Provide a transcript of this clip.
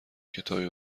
کتابی